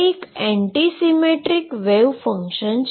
આ એક anti symmetric wave function છે